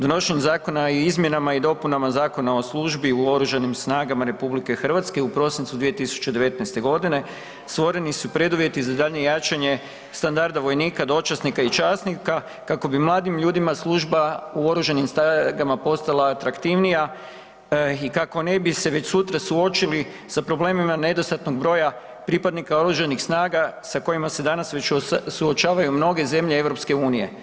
Donošenjem zakona i izmjenama i dopunama Zakona o službi u oružanim snagama RH u prosincu 2019.g. stvoreni su preduvjeti za daljnje jačanje standarda vojnika, dočasnika i časnika kako bi mladim ljudima služba u oružanim snagama postala atraktivnija i kako ne bi se već sutra suočili sa problemima nedostatnog broja pripadnika oružanih snaga sa kojima se danas već suočavaju mnoge zemlje EU.